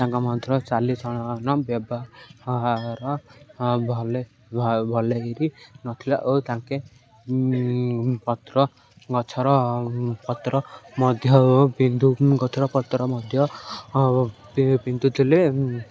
ତାଙ୍କ ମଧ୍ୟର ଚାଲିଚଳନ ବ୍ୟବହାର ଭଲ ହେରି ନଥିଲା ଓ ତାଙ୍କେ ପତ୍ର ଗଛର ପତ୍ର ମଧ୍ୟ ପିନ୍ଧୁ ଗଛର ପତ୍ର ମଧ୍ୟ ପିନ୍ଧୁଥିଲେ